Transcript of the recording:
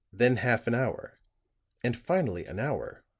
then half an hour and finally an hour.